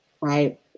Right